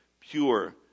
pure